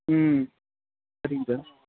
ம் சரிங்க சார்